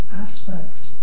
aspects